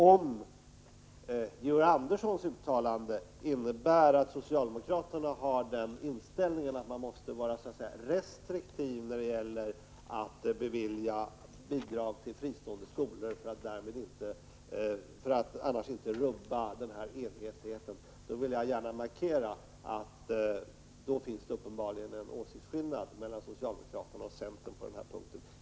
Om Georg Anderssons uttalande innebär att socialdemokraterna har den inställningen att man måste vara restriktiv när det gäller att bevilja bidrag till fristående skolor för att inte rubba enhetligheten, vill jag gärna säga att då finns det uppenbarligen en åsiktsskillnad mellan socialdemokraterna och centern på denna punkt.